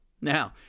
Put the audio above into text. Now